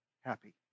happy